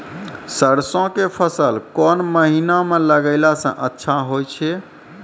सरसों के फसल कोन महिना म लगैला सऽ अच्छा होय छै?